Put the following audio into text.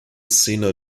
sino